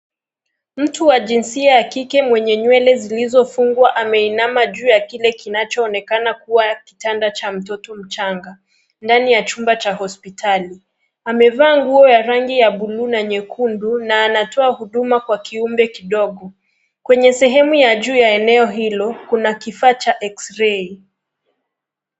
Mtu wa jinsia ya kike mwenye nywele zilizofungwa ameinama juu ya kile kinachoonekana kuwa kitanda cha mtoto mchanga ndani ya chumba cha hospitali. Amevaa nguo ya rangi ya buluu na nyekundu na anatoa huduma kwa kiumbe kidogo. Kwenye sehemu ya juu ya eneo hilo, kuna kifaa cha x-ray.